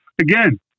again